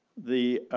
the